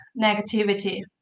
negativity